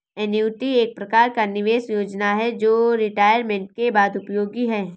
annuity एक प्रकार का निवेश योजना है जो रिटायरमेंट के बाद उपयोगी है